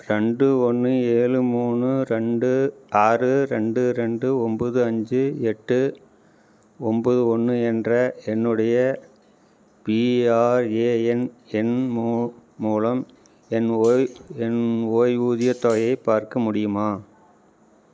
ரெண்டு ஒன்று ஏழு மூணு ரெண்டு ஆறு ரெண்டு ரெண்டு ஒம்பது அஞ்சு எட்டு ஒம்பது ஒன்று என்ற என்னுடைய பிஆர்ஏஎன் எண் மூ மூலம் என் ஒய் என் ஓய்வூதியத் தொகையை பார்க்க முடியுமா